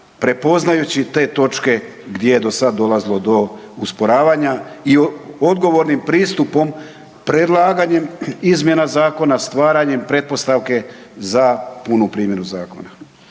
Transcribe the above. prepoznajući te točke gdje je dosad dolazilo do usporavanja i odgovornim pristupom, predlaganjem izmjena zakona, stvaranjem pretpostavke za punu primjenu zakona.